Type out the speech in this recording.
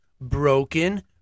Broken